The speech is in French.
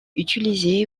utilisé